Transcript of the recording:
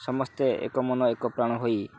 ସମସ୍ତେ ଏକ ମନ ଏକ ପ୍ରାଣ ହୋଇ